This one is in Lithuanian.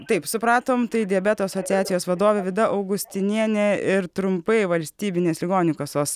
taip supratom tai diabeto asociacijos vadovė vida augustinienė ir trumpai valstybinės ligonių kasos